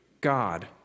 God